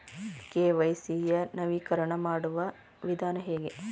KYC ಯ ನವೀಕರಣ ಮಾಡುವ ವಿಧಾನ ಹೇಗೆ?